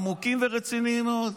עמוקים ורציניים מאוד.